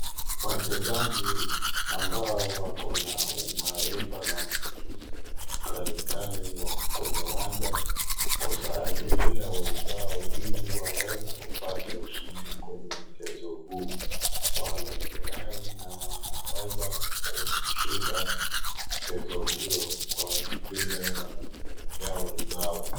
Wachezaji ambao wakona umaarifa na ujuzi kali kali wako kwenye uwanja kushangilia wenzao ili waweze kupata ushindi kwenye mchezo huu. Wamefurahi na wanaweza kushinda mchezo huyo kwa vile wanashangilia wenzao.